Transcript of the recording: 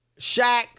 Shaq